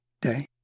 day